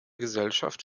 gesellschaft